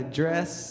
dress